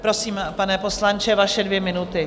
Prosím, pane poslanče, vaše dvě minuty.